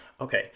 Okay